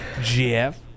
Jeff